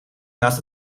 naast